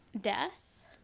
Death